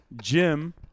Jim